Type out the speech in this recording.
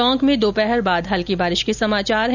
टोंक में दोपहर बाद हल्की बारिश के समाचार हैं